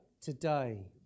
today